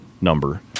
number